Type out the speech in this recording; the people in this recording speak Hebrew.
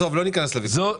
ניכנס לוויכוח.